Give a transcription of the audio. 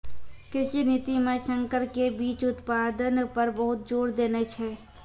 कृषि नीति मॅ संकर बीच के उत्पादन पर बहुत जोर देने छै